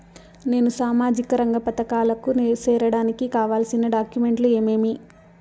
నేను సామాజిక రంగ పథకాలకు సేరడానికి కావాల్సిన డాక్యుమెంట్లు ఏమేమీ?